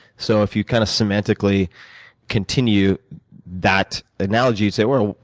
so if you kind of semantically continue that analogy, say, well,